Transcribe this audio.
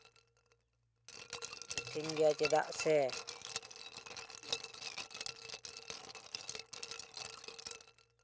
ᱠᱚᱴᱷᱤᱱ ᱜᱮᱭᱟ ᱪᱮᱫᱟᱜ ᱥᱮ